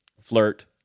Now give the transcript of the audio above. flirt